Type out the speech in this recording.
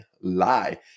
lie